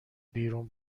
بیرون